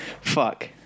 Fuck